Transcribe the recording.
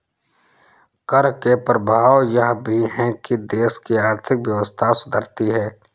कर के प्रभाव यह भी है कि देश की आर्थिक व्यवस्था सुधरती है